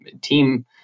team